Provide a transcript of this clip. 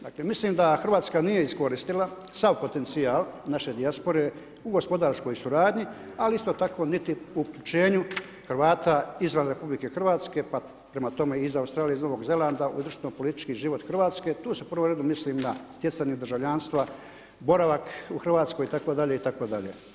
Dakle, mislim da Hrvatska nije iskoristila sav potencijal naše dijaspore u gospodarskoj suradnji, ali isto tako niti u uključenju Hrvata izvan RH, pa prema tome iz Australije iz Novog Zelanda, u društveni politički život Hrvatske, tu se u prvom redu mislim na stjecanje državljanstva, boravak u Hrvatskoj itd., itd.